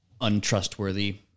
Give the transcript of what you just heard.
untrustworthy